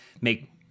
make